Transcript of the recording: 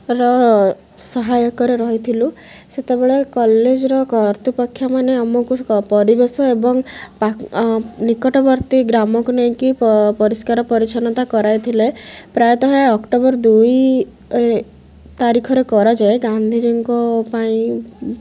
ର ସହାୟକରେ ରହିଥିଲୁ ସେତେବେଳେ କଲେଜର କର୍ତ୍ତୁପକ୍ଷମାନେ ଆମକୁ ପରିବେଶ ଏବଂ ନିକଟବର୍ତ୍ତୀ ଗ୍ରାମକୁ ନେଇକରି ପରିଷ୍କାର ପରିଚ୍ଛନ୍ନତା କରାଇଥିଲେ ପ୍ରାୟତଃ ଅକ୍ଟୋବର ଦୁଇ ତାରିଖରେ କରାଯାଏ ଗାନ୍ଧୀଜୀଙ୍କ ପାଇଁ